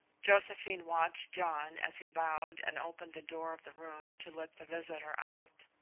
josephine watched john as he bowed and opened the door of the room to let the visitor out.